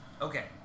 Okay